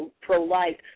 pro-life